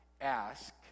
ask